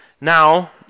now